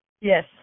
Yes